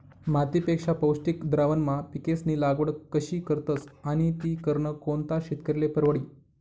मातीपेक्षा पौष्टिक द्रावणमा पिकेस्नी लागवड कशी करतस आणि ती करनं कोणता शेतकरीले परवडी?